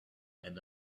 and